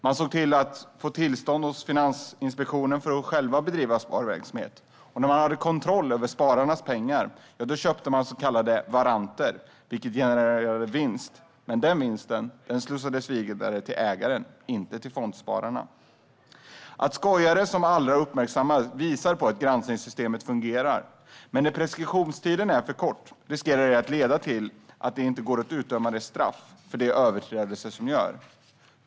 Man såg till att få tillstånd hos Finansinspektionen för att bedriva sparverksamhet. När man hade kontroll över spararnas pengar köpte man så kallade warranter. Dessa genererade vinst, men vinsten slussades vidare till ägaren - inte till fondspararna. Att skojare som Allra uppmärksammas visar på att granskningssystemet fungerar. Men när preskriptionstiden är för kort riskerar detta att leda till att det inte går att utdöma straff för de överträdelser som har begåtts.